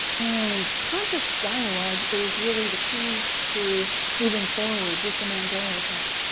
and conscious dialogue is really the key to moving forward with the mandela effect.